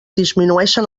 disminueixen